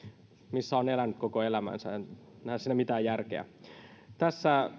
missä on elänyt koko elämänsä en näe siinä mitään järkeä tässä